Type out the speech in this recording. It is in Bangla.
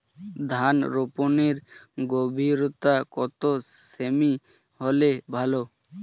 ধান রোপনের গভীরতা কত সেমি হলে ভালো?